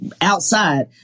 outside